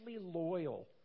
loyal